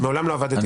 מעולם לא עבדתי